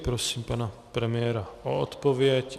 Prosím pana premiéra o odpověď.